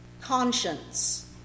conscience